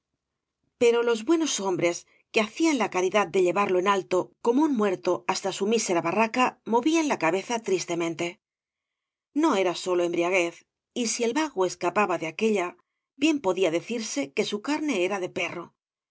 pero los buenos hombres que hacían la caridad de llevarlo en alto como un muerto hasta su mísera barraca movían la cabeza tristemente no era sólo embriaguez y si el vago escapaba de aquélla bien podía decirse que su carne era de perro